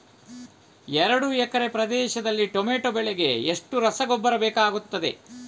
ಎರಡು ಎಕರೆ ಪ್ರದೇಶದಲ್ಲಿ ಟೊಮ್ಯಾಟೊ ಬೆಳೆಗೆ ಎಷ್ಟು ರಸಗೊಬ್ಬರ ಬೇಕಾಗುತ್ತದೆ?